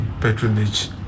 patronage